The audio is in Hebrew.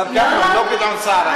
השר כחלון, לא גדעון סער.